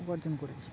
উপার্জন করেছি